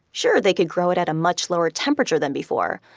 sure, they could grow it at a much lower temperature than before,